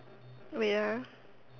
wait ah